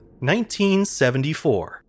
1974